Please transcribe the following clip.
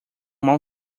mau